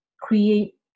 create